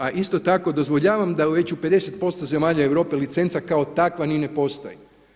A isto tako dozvoljavam da već u 50% zemalja Europe licenca kao takva ni ne postoji.